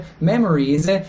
memories